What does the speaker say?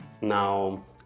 now